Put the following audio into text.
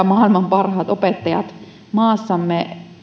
maailman parhaat opettajat maassamme